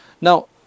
Now